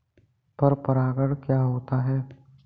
पर परागण क्या होता है?